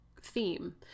theme